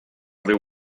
riu